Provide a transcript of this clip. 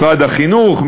משרד החינוך,